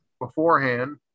beforehand